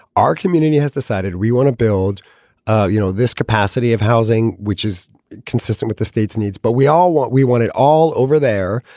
our community has decided we want to build ah you know this capacity of housing, which is consistent with the state's needs. but we all want we want it all over there,